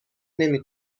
نمی